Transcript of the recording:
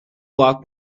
lock